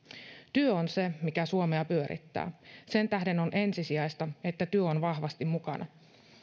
työ on se mikä suomea pyörittää sen tähden on ensisijaista että työ on vahvasti mukana